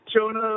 Jonah